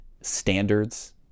standards